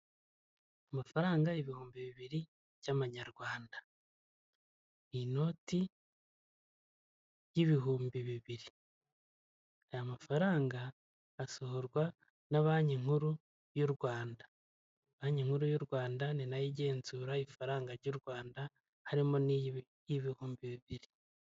Amafaranga ibihumbi bibiri by'amanyarwanda. Ni inoti y'ibihumbi bibiri. Aya mafaranga asohorwa na banki nkuru y'u Rwanda. Banki nkuru y'u Rwanda ninayo igenzura ifaranga ry'u Rwanda harimo niyi y'ibihumbi bibiri.